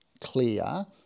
clear